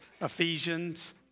Ephesians